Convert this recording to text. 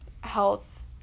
health